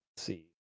see